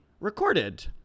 recorded